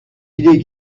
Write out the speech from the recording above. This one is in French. idées